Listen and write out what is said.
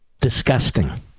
Disgusting